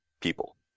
people